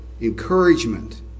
encouragement